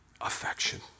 affection